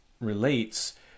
relates